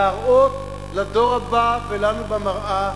להראות לדור הבא ולנו במראה